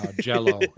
jello